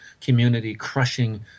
community-crushing